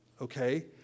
okay